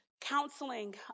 counseling